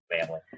family